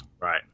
Right